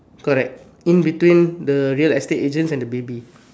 correct in between the real estate agents and the baby